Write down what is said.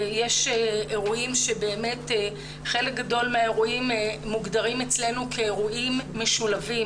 יש אירועים שבאמת חלק גדול מהאירועים מוגדרים אצלנו כאירועים משולבים.